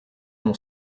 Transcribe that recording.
mon